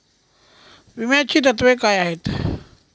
विम्याची तत्वे काय आहेत?